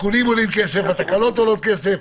התיקונים עולים כסף, התקלות עולות כסף.